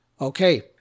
Okay